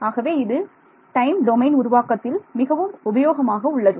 ஆகவே இது time domain உருவாக்கத்தில் மிகவும் உபயோகமாக உள்ளது